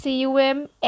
C-U-M